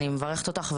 אני מברכת אותך,